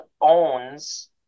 owns